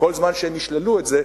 כל זמן שהם ישללו את זה,